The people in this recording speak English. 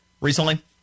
recently